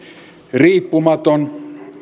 riippumaton